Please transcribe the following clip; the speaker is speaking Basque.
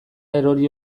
erori